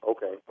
Okay